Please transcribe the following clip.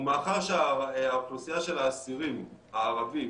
מאחר שהאוכלוסייה של האסירים הערבים,